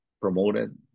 promoted